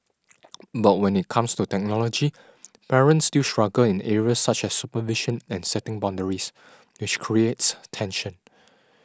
but when it comes to technology parents still struggle in areas such as supervision and setting boundaries which creates tension